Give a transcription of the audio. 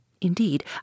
Indeed